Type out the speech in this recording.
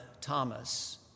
Thomas